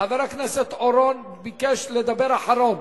חבר הכנסת אורון ביקש לדבר אחרון.